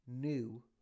new